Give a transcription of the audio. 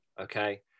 Okay